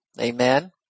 Amen